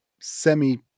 semi